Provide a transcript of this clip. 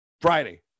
Friday